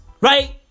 Right